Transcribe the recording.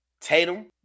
Tatum